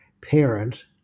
parent